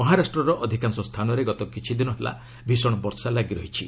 ମହାରାଷ୍ଟ୍ରର ଅଧିକାଂଶ ସ୍ଥାନରେ ଗତ କିଛି ଦିନ ହେଲା ଭିଷଣ ବର୍ଷା ଲାଗି ରହିଛି